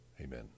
Amen